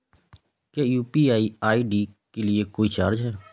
क्या UPI ID के लिए कोई चार्ज है?